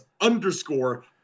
underscore